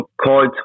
called